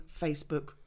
Facebook